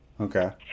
Okay